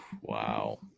Wow